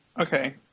Okay